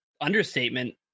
understatement